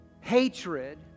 hatred